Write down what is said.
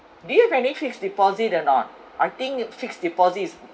do you have any fixed deposit or not I think the fixed deposit is